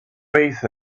faith